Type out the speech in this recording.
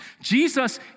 Jesus